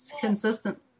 consistent